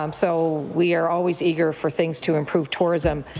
um so we are always eager for things to improve tourism.